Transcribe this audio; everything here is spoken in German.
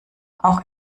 auch